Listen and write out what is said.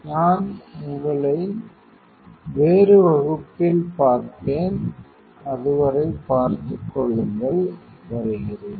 நான் உங்களை வேறு வகுப்பில் பார்ப்பேன் அதுவரை பார்த்துக்கொள்ளுங்கள் வருகிறேன்